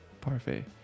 Parfait